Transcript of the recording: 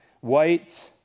white